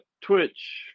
Twitch